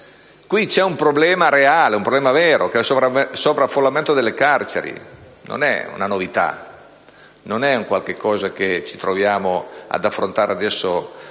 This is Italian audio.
C'è un problema reale, un problema vero, ossia il sovraffollamento nelle carceri: non è una novità, non è una questione che ci troviamo ad affrontare adesso